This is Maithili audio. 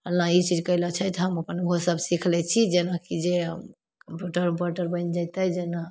फल्लाँ ई चीज कएले छै तऽ हम अपन ओहोसब सीखि लै छी जेनाकि जे कमपाउण्डर उनपाउण्डर बनि जेतै जेना